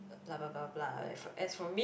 blah blah blah blah blah as for me